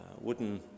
wooden